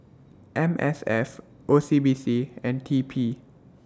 M S F O C B C and T P